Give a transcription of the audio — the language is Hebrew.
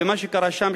ומה שקרה שם,